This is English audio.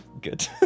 Good